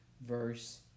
verse